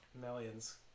Millions